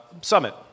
summit